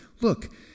Look